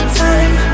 time